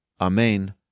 Amen